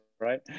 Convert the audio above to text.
right